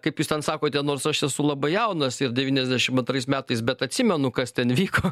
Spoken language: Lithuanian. kaip jūs ten sakote nors aš esu labai jaunas ir devyniasdešim antrais metais bet atsimenu kas ten vyko